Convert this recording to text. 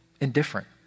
indifferent